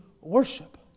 worship